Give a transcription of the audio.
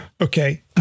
Okay